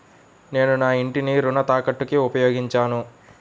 నేను నా ఇంటిని రుణ తాకట్టుకి ఉపయోగించాను